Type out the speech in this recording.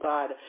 God